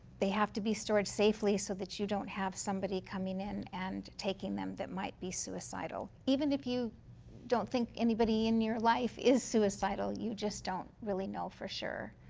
they have to be stored safely so that you don't have somebody coming in and taking them that might be suicidal. even if you don't think anybody in your life is suicidal, you just don't really know for sure.